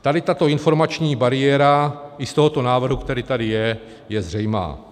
Tady je tato informační bariéra i z tohoto návrhu, který tady je, zřejmá.